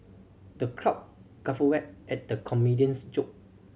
the crowd guffawed at the comedian's joke